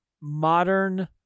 modern